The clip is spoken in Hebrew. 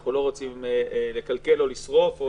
אנחנו לא רוצים לקלקל או לשרוף.